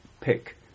pick